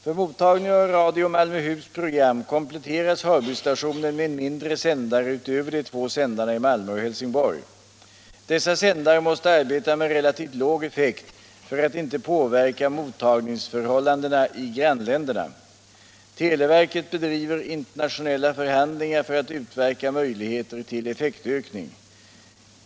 För mottagning av Radio Malmöhus program kompletteras Hörbystationen med en mindre sändare utöver de två sändarna i Malmö och Helsingborg. Dessa sändare måste arbeta med relativt låg effekt för att inte påverka mottagningsförhållandena i grannländerna. Televerket bedriver internationella förhandlingar för att utverka möjligheter till effektökning.